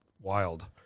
wild